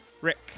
Rick